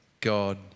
God